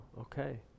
okay